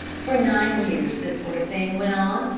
for nine years this sort of thing went on,